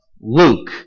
Luke